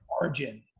margin